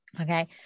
Okay